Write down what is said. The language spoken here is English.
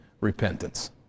repentance